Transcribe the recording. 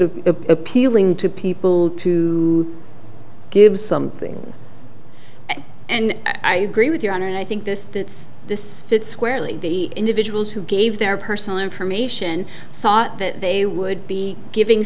of appealing to people to give you something and i agree with your honor and i think this it's this fits squarely the individuals who gave their personal information thought that they would be giving